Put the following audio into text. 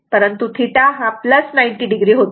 परंतु θ हा 90 o होतो